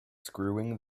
screwing